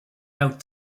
out